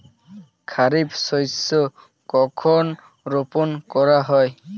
খারিফ শস্য কখন রোপন করা হয়?